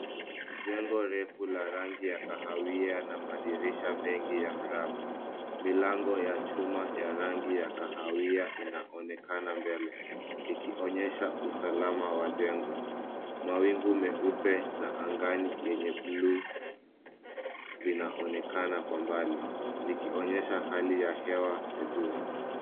Jengo refu la rangi ya kahawia na madirisha mengi ya mraba. Milango ya chuma ya rangi ya kahawia inaonekana mbele. Ikionyesha usalama wa jengo. Mawingu meupe na angani yenye blue vinaonekana kwa mbali. Vikionyesha hali ya hewa ya jua.